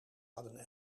hadden